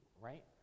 right